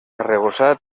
arrebossat